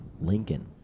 Lincoln –